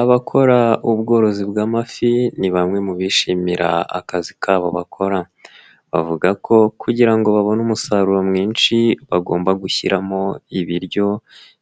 Abakora ubworozi bw'amafi ni bamwe mu bishimira akazi kabo bakora bavuga ko kugira ngo babone umusaruro mwinshi bagomba gushyiramo ibiryo